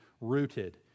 rooted